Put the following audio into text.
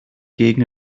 gegen